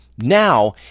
Now